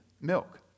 milk